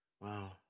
Wow